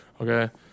okay